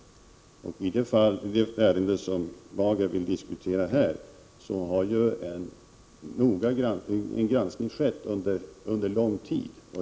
I det fall som Erling Bager diskuterar här har en granskning skett under lång tid.